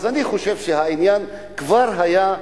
אני חושב שהעניין כבר היה,